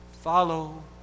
follow